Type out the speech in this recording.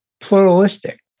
pluralistic